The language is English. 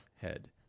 head